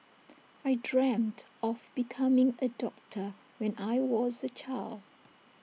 I dreamt of becoming A doctor when I was A child